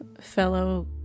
fellow